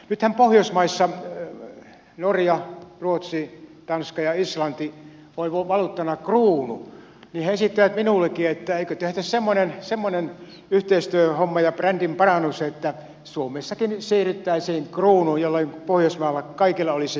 nythän pohjoismaissa norjassa ruotsissa tanskassa ja islannissa on valuuttana kruunu ja he esittivät minullekin että eikö tehtäisi semmoinen yhteistyöhomma ja brändin parannus että suomessakin siirryttäisiin kruunuun jolloin kaikilla pohjoismailla olisi yhteinen valuutta